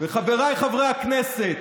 חבריי חברי הכנסת,